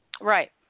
Right